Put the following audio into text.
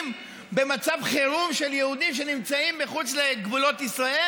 במצב חירום של יהודים שנמצאים מחוץ לגבולות ישראל?